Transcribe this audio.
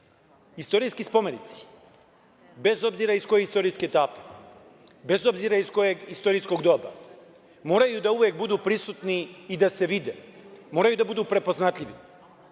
Istorijski spomenici, bez obzira iz koje istorijske etape, bez obzira iz kojeg istorijskog doba moraju da uvek budu prisutni i da se vide, moraju da budu prepoznatljivi.